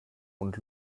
und